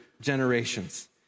generations